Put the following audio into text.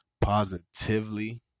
positively